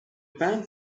band